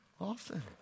Often